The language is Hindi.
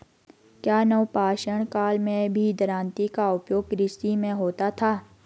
क्या नवपाषाण काल में भी दरांती का उपयोग कृषि में होता था?